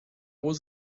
was